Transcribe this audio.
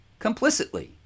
complicitly